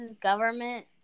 government